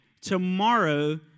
Tomorrow